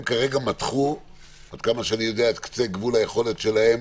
כרגע הם מתחו את קצה גבול היכולת שלהם,